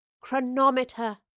Chronometer